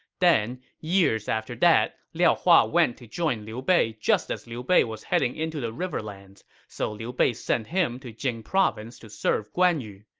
then, years after that, liao hua went to join liu bei just as liu bei was heading into the riverlands, so liu bei sent him to jing province to serve guan yu.